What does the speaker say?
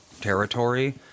territory